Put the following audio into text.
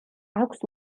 აქვს